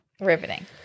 riveting